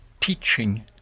teaching